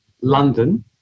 London